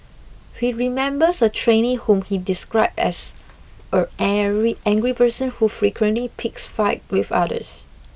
he remembers a trainee whom he described as a very angry person who frequently picked fights with others